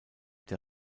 der